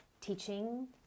teaching